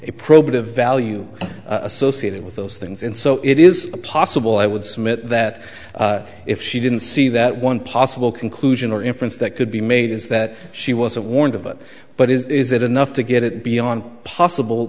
a probative value associated with those things and so it is possible i would submit that if she didn't see that one possible conclusion or inference that could be made is that she wasn't warned of it but is it enough to get it beyond possible